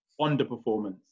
underperformance